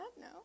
No